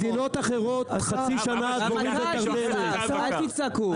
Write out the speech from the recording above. אל תצעקו.